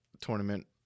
tournament